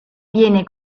viene